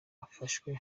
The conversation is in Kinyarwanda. afashwe